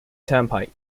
turnpike